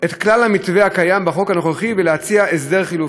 את כלל המתווה הקיים בחוק הנוכחי ולהציע הסדר חלופי.